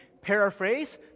paraphrase